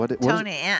Tony